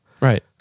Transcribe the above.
Right